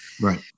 Right